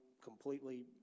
completely